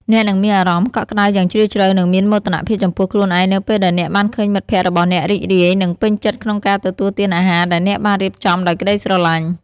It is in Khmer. អ្នកនឹងមានអារម្មណ៍កក់ក្តៅយ៉ាងជ្រាលជ្រៅនិងមានមោទនភាពចំពោះខ្លួនឯងនៅពេលដែលអ្នកបានឃើញមិត្តភក្តិរបស់អ្នករីករាយនិងពេញចិត្តក្នុងការទទួលទានអាហារដែលអ្នកបានរៀបចំដោយក្តីស្រឡាញ់។